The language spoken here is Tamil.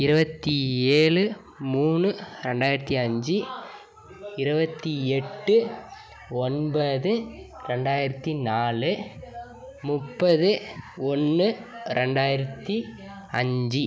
இருபத்தி ஏழு மூணு ரெண்டாயிரத்து அஞ்சு இருபத்தி எட்டு ஒன்பது ரெண்டாயிரத்தி நாலு முப்பது ஒன்று ரெண்டாயிரத்து அஞ்சு